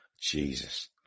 Jesus